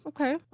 okay